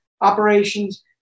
operations